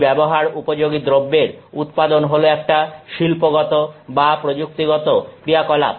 এই ব্যবহার উপযোগী দ্রব্যের উৎপাদন হল একটা শিল্পগত বা প্রযুক্তিগত ক্রিয়া কলাপ